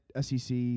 SEC